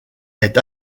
est